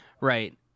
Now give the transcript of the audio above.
Right